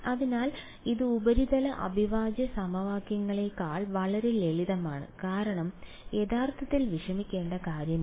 അതിനാൽ ഇത് ഉപരിതല അവിഭാജ്യ സമവാക്യങ്ങളേക്കാൾ വളരെ ലളിതമാണ് കാരണം യഥാർത്ഥത്തിൽ വിഷമിക്കേണ്ട കാര്യമില്ല